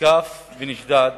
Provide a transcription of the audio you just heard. הותקף ונשדד